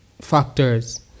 factors